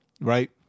right